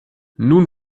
nun